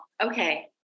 Okay